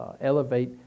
elevate